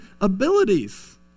abilities